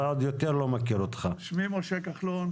לגבי זימון של נציג נוסף שהוחלט עליו